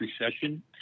recession